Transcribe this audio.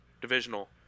divisional